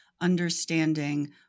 understanding